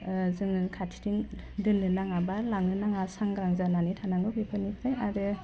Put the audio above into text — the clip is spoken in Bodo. ओह जोङो खाथिथिं दोननो नाङा बा लांनो नाङा सांग्रां जानानै थानांगौ बेफोरनिफ्राय आरो